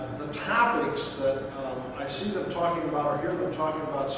the topics that i see them talking about or hear them talking about